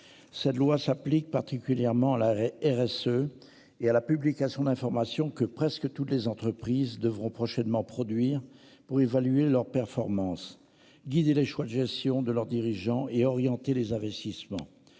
Cette loi s'applique particulièrement la RSE et à la publication d'informations que presque toutes les entreprises devront prochainement produire pour évaluer leurs performances guidées les choix de gestion de leurs dirigeants et orienter les investissements.